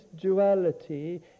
duality